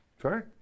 Sorry